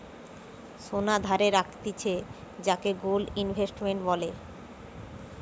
সোনা ধারে রাখতিছে যাকে গোল্ড ইনভেস্টমেন্ট বলে